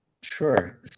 Sure